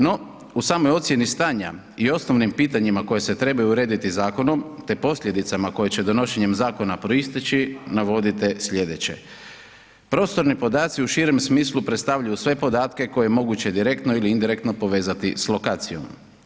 No u samoj ocjeni stanja i osnovnim pitanjima koje se trebaju urediti zakonom te posljedicama koje će donošenje zakona proisteći navodite sljedeće: „Prostorni podaci u širem smislu predstavljaju sve podatke koje je moguće direktno ili indirektno povezati s lokacijom.